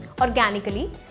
Organically